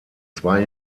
zwei